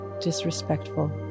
disrespectful